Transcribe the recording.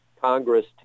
Congress